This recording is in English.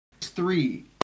three